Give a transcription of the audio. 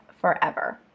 forever